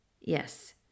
Yes